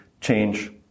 change